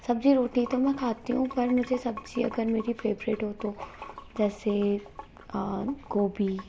सब्जी रोटी तो मैं खाती हूँ पर मुझे सब्जी अगर मेरी फेवरेट हो तो जैसे गोभी